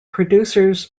producers